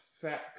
fat